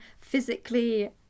physically